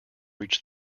reach